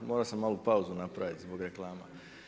Morao sam malu pauzu napraviti zbog reklama.